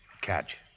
Catch